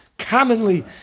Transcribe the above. Commonly